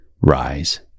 rise